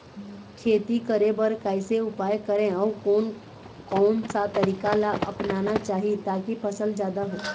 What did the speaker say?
खेती करें बर कैसे उपाय करें अउ कोन कौन सा तरीका ला अपनाना चाही ताकि फसल जादा हो?